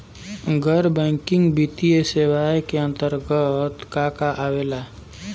गैर बैंकिंग वित्तीय सेवाए के अन्तरगत का का आवेला?